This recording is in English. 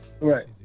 Right